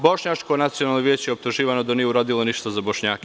Bošnjačko nacionalno vijeće je optuživano da nije uradilo ništa za Bošnjake.